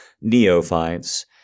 neophytes